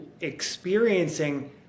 experiencing